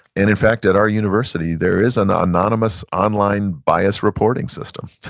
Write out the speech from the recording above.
and in fact, at our university there is an anonymous online bias reporting system,